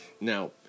now